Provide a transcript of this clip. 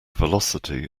velocity